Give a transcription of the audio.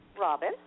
Robin